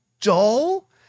dull